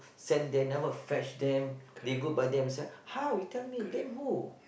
send them never fetch them they go by themselves how you tell me blame who